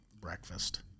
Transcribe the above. breakfast